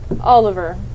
Oliver